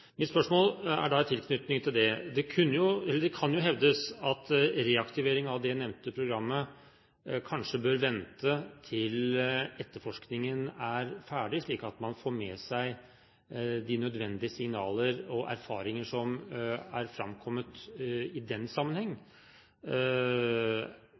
Mitt spørsmål er i tilknytning til det. Det kan jo hevdes at reaktivering av det nevnte programmet kanskje bør vente til etterforskningen er ferdig, slik at man får med seg de nødvendige signaler og erfaringer som er framkommet i den